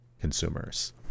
consumers